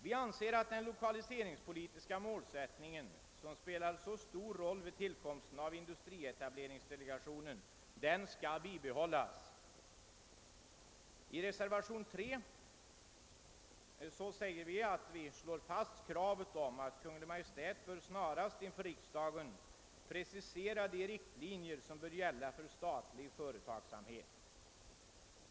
Vi anser att den lokaliseringspolitiska målsättningen som spelat så stor roll vid tillkomsten av industrietableringsdelegationen bör vidmakthållas. I reservationen 3 slår vi fast kravet alt >Kungl. Maj:t snarast inför riksdagen bör redovisa en precisering av de riktlinjer som bör gälla för statlig företagsamhet>!